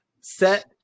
set